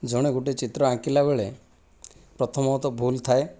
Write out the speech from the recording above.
ଜଣେ ଗୋଟିଏ ଚିତ୍ର ଆଙ୍କିଲା ବେଳେ ପ୍ରଥମତଃ ଭୁଲ ଥାଏ